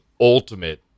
ultimate